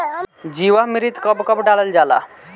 जीवामृत कब कब डालल जाला?